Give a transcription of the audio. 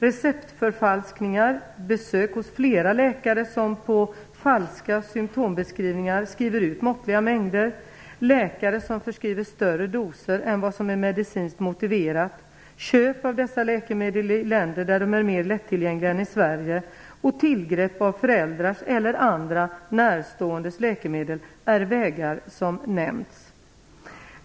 Receptförfalskningar, besök hos flera läkare som på "falska" symtombeskrivningar skriver ut måttliga mängder, läkare som förskriver större doser än vad som är medicinskt motiverat, köp av dessa läkemedel i länder där de är mer lättillgängliga än i Sverige och tillgrepp av föräldrars eller andra närståendes läkemedel är vägar som nämnts.